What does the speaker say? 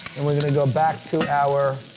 and we're gonna go back to our